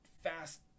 fast